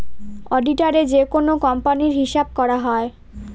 অডিটারে যেকোনো কোম্পানির হিসাব করা হয়